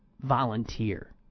volunteer